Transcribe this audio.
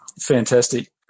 Fantastic